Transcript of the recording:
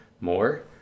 more